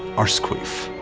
arsequeef.